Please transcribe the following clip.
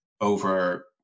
over